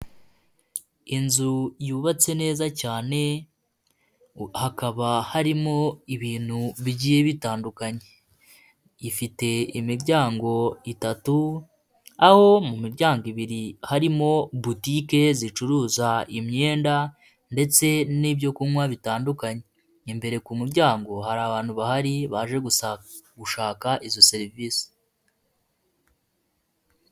Inzu yubatse neza cyane hakaba harimo ibintu bigiye bitandukanye. Ifite imiryango itatu aho mu miryango ibiri harimo boutique zicuruza imyenda, ndetse n'ibyokunywa bitandukanye. Imbere ku muryango hari abantu bahari baje gushaka izo serivisi.